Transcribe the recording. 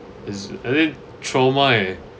is I mean trauma eh